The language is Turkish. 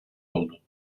oldu